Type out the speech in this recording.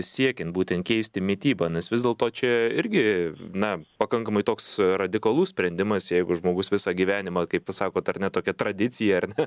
siekiant būtent keisti mitybą nes vis dėlto čia irgi na pakankamai toks radikalus sprendimas jeigu žmogus visą gyvenimą kaip va sakot ar ne tokia tradicija ar ne